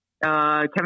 Kevin